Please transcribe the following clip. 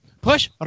push